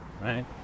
right